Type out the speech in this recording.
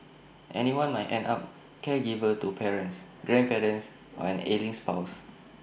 anyone might end up caregiver to parents grandparents or an ailing spouse